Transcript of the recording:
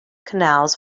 canals